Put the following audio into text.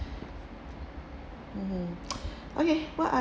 mmhmm okay what are